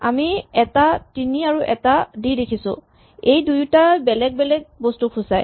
আমি এটা ৩ আৰু এটা ডি দেখিছো দুইটাই বেলেগ বেলেগ বস্তুক বুজায়